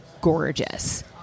gorgeous